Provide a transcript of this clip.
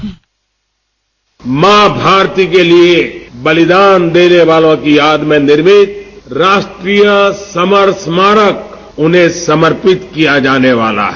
bite माँ भारती के लिये बलिदान देने वालों की याद में निर्मित राष्ट्रीय समर स्मारक उन्हें समर्पित किया जाने वाला हैं